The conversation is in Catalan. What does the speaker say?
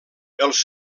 els